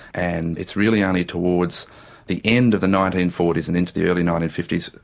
and it's really only towards the end of the nineteen forty s and into the early nineteen fifty s,